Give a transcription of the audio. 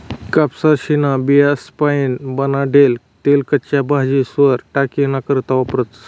कपाशीन्या बियास्पाईन बनाडेल तेल कच्च्या भाजीस्वर टाकानी करता वापरतस